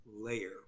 Layer